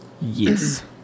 Yes